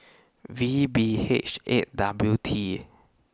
V B H eight W T